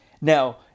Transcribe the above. Now